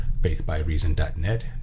faithbyreason.net